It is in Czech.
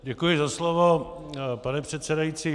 Děkuji za slovo, pane předsedající.